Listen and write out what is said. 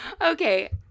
Okay